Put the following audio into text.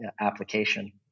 application